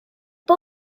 pas